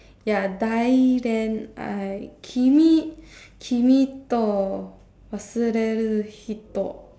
ya die then I